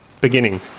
beginning